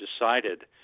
decided